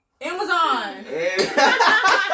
Amazon